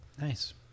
Nice